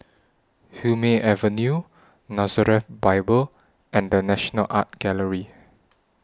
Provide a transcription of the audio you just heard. Hume Avenue Nazareth Bible and The National Art Gallery